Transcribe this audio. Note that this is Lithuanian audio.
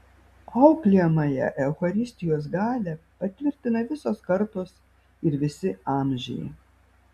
auklėjamąją eucharistijos galią patvirtina visos kartos ir visi amžiai